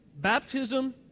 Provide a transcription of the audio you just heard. Baptism